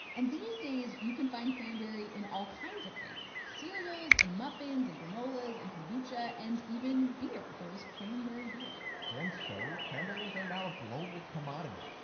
and these days, you can find cranberry in all kinds of things cereals and muffins and granolas and kombucha and even beer. there is cranberry beer and so cranberries are now a global commodity.